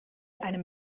einem